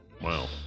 wow